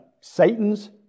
Satan's